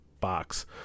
box